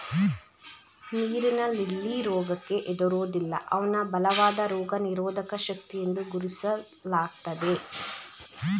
ನೀರಿನ ಲಿಲ್ಲಿ ರೋಗಕ್ಕೆ ಹೆದರೋದಿಲ್ಲ ಅವ್ನ ಬಲವಾದ ರೋಗನಿರೋಧಕ ಶಕ್ತಿಯೆಂದು ಗುರುತಿಸ್ಲಾಗ್ತದೆ